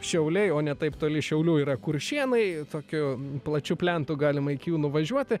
šiauliai o ne taip toli šiaulių yra kuršėnai tokiu plačiu plentu galima iki jų nuvažiuoti